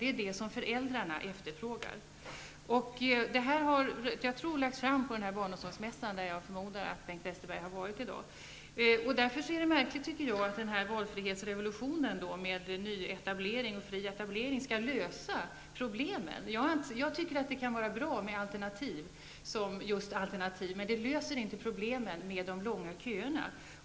Det är vad föräldrarna efterfrågar. Jag tror att dessa siffror har presenterats på den barnomsorgsmässa där jag förmodar att Bengt Westerberg har varit i dag. Det är därför märkligt att säga att ''valfrihetsrevolutionen'' i fråga om nyetableringar och fri etablering skall lösa problemen. Det kan vara bra med alternativ, men det löser inte problemet med de långa köerna.